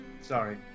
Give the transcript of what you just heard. sorry